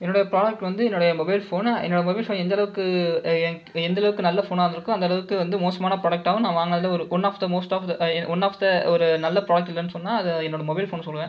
என்னுடைய ப்ராடக்ட் வந்து என்னுடைய மொபைல் ஃபோன் என்னோடய மொபைல் ஃபோன் எந்தளவுக்கு என் எந்தளவுக்கு நல்ல ஃபோனாக இருந்துருக்கோ அந்தளவுக்கு வந்து மோசமான ப்ராடக்ட்டாகவும் நான் வாங்கினதுனல one of the most the one of the ஒரு நல்ல ப்ராடக்ட் இல்லைனு சொன்னால் அதை என்னோடய மொபைல் ஃபோன் சொல்லுவேன்